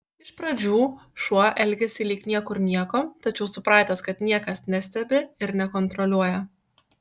iš pradžių šuo elgiasi lyg niekur nieko tačiau supratęs kad niekas nestebi ir nekontroliuoja